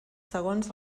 segons